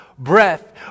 breath